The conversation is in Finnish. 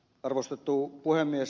arvostettu puhemies